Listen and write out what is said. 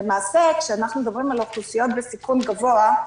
למעשה, כשאנחנו מדברים על אוכלוסיות בסיכון גבוה,